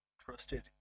trusted